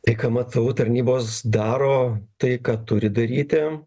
tai ką matau tarnybos daro tai ką turi daryti